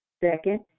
Second